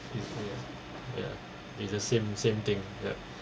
ya is the same same thing ya